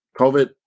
COVID